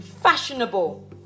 fashionable